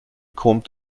kommt